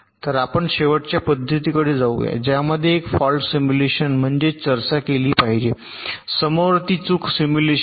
तर आपण शेवटच्या पद्धतीकडे जाऊया ज्यामध्ये आपण एक फॉल्ट सिम्युलेशन म्हणजेच चर्चा केली पाहिजे समवर्ती चूक सिमुलेशन